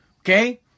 okay